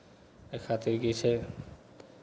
एहि खातिर कि छै